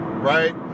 right